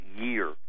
year